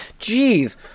Jeez